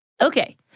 Okay